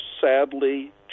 sadly